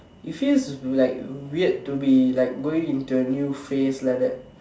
it feels like weird to me it's like going into a new phase like that